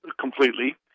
completely